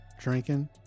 drinking